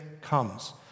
comes